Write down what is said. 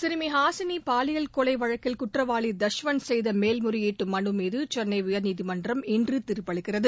சிறுமி ஹாசினி பாலியல் கொலை வழக்கில் குற்றவாளி தஷ்வந்த் செய்த மேல்முறையீட்டு மனு மீது சென்னை உயர்நீதிமன்றம் இன்று தீர்ப்பளிக்கிறது